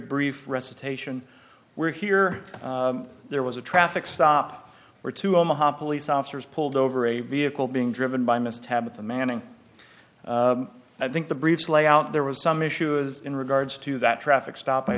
brief recitation where here there was a traffic stop where to omaha police officers pulled over a vehicle being driven by miss tabitha manning i think the breech layout there was some issues in regards to that traffic stop i